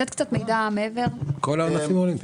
כל הענפים האולימפיים.